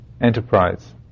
enterprise